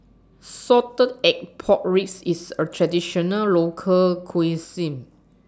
Salted Egg Pork Ribs IS A Traditional Local Cuisine